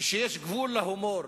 ושיש גבול להומור.